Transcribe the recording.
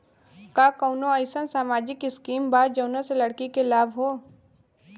का कौनौ अईसन सामाजिक स्किम बा जौने से लड़की के लाभ हो?